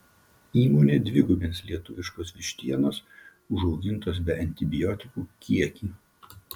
įmonė dvigubins lietuviškos vištienos užaugintos be antibiotikų kiekį